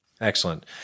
Excellent